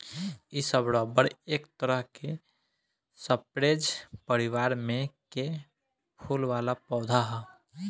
इ सब रबर एक तरह के स्परेज परिवार में के फूल वाला पौधा ह